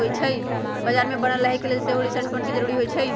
बजार में बनल रहे के लेल सेहो रिसर्च फंड के जरूरी होइ छै